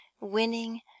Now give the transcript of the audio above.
winning